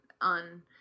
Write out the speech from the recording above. on